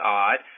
odd